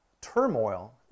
turmoil